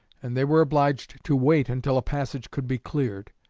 and they were obliged to wait until passage could be cleared.